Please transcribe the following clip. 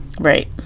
Right